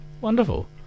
Wonderful